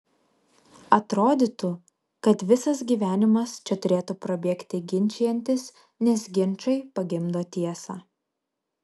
atrodytų kad visas gyvenimas čia turėtų prabėgti ginčijantis nes ginčai pagimdo tiesą